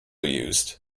used